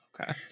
Okay